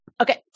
Okay